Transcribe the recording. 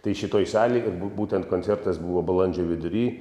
tai šitoj salėj bu būtent koncertas buvo balandžio vidury